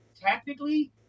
tactically